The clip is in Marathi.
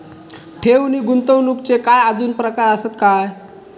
ठेव नी गुंतवणूकचे काय आजुन प्रकार आसत काय?